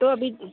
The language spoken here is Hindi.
तो अभी